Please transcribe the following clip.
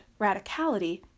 radicality